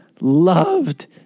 loved